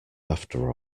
after